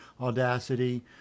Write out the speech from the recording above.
Audacity